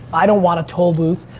i don't want a toll booth.